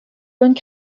bonnes